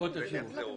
לראות איך זה עובד.